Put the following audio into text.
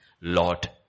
Lord